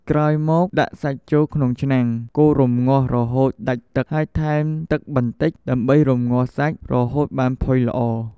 ក្រោយមក ដាក់សាច់ចូលក្នុងឆ្នាំងកូររំងាស់រហូតដាច់ទឹកហើយថែមទឹកបន្តិចដើម្បីរំងាស់សាច់រហូតបានផុយល្អ។